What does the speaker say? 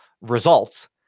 results